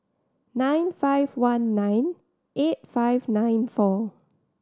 nine five one nine eight five nine four